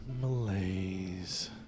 malaise